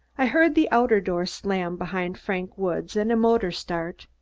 i heard the outer door slam behind frank woods and a motor start.